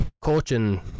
coaching